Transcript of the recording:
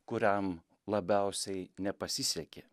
kuriam labiausiai nepasisekė